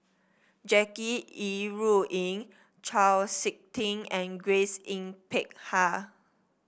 Jackie Yi Ru Ying Chau SiK Ting and Grace Yin Peck Ha